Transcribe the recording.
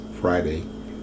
Friday